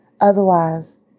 otherwise